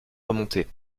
remontait